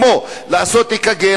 כמו לעשות אק"ג,